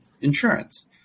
insurance